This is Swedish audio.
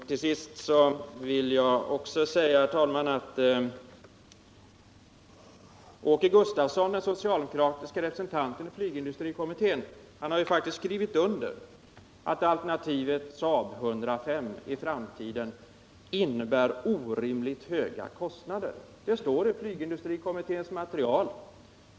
Till sist vill jag också säga, herr talman, att Åke Gustavsson — den socialdemokratiske representanten i flygindustrikommittén — faktiskt har skrivit under uttalandet att alternativet SAAB 105 i framtiden innebär orimligt höga kostnader. Det står i flygindustrikommitténs material.